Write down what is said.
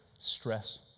stress